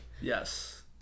Yes